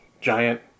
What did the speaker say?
giant